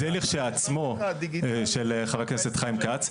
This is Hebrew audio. זה לכשעצמו, של חבר הכנסת חיים כץ.